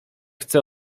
chce